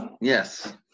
Yes